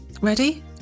Ready